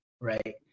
right